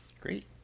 Great